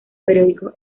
periódicos